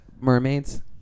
Mermaids